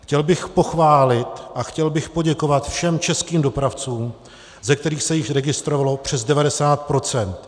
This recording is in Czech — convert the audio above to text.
Chtěl bych pochválit a chtěl bych poděkovat všem českým dopravcům, ze kterých se již registrovalo přes 90 %.